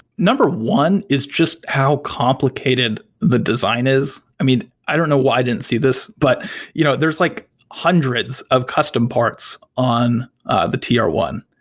number one is just how complicated the design is. i mean, i don't know why i didn't see this, but you know there's like hundreds of custom parts on ah the t r one.